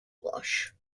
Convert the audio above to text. lush